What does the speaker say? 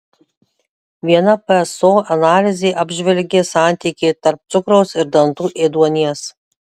viena pso analizė apžvelgė santykį tarp cukraus ir dantų ėduonies